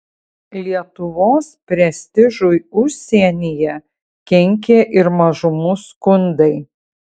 lietuvos prestižui užsienyje kenkė ir mažumų skundai